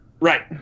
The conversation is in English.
Right